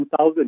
2000